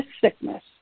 sickness